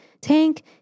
Tank